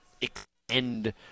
extend